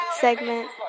segment